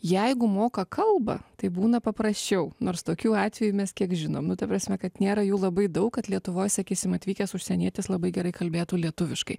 jeigu moka kalbą tai būna paprasčiau nors tokių atvejų mes kiek žinom nu ta prasme kad nėra jų labai daug kad lietuvoj sakysim atvykęs užsienietis labai gerai kalbėtų lietuviškai